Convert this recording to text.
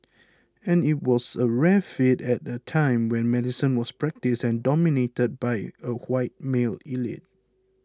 and it was a rare feat at a time when medicine was practised and dominated by a white male elite